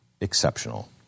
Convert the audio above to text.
exceptional